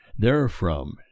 therefrom